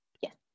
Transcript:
yes